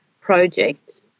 project